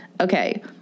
okay